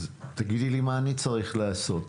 תגידי לי מה אני צריך לעשות.